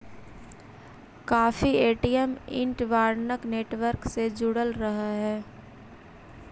काफी ATM interbank network से जुड़ल रहऽ हई